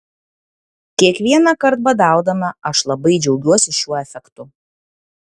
kiekvienąkart badaudama aš labai džiaugiuosi šiuo efektu